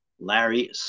Larry